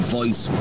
voice